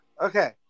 Okay